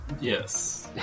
Yes